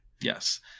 Yes